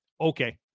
Okay